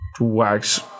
wax